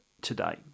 today